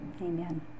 amen